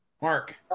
Mark